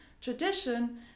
tradition